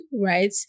right